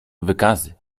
wykazy